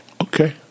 okay